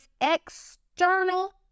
external